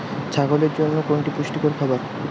ছাগলের জন্য কোনটি পুষ্টিকর খাবার?